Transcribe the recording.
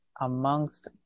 amongst